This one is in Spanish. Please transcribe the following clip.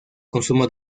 consumo